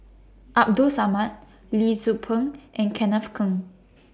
Abdul Samad Lee Tzu Pheng and Kenneth Keng